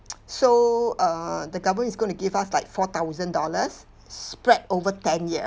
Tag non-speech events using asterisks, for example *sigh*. *noise* so err the government is going to give us like four thousand dollars spread over ten years